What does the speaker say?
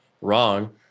wrong